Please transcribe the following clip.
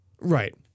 Right